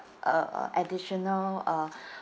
uh additional uh